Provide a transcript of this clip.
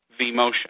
vMotion